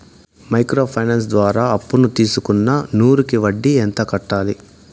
Micro finance ద్వారా అప్పును తీసుకున్న నూరు కి వడ్డీ ఎంత కట్టాలి?